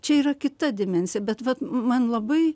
čia yra kita dimensija bet vat man labai